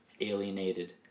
alienated